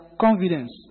confidence